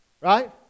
Right